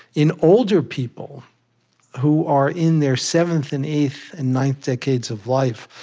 in older people who are in their seventh and eighth and ninth decades of life,